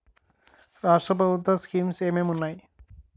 రాష్ట్రం ప్రభుత్వ స్కీమ్స్ ఎం ఎం ఉన్నాయి?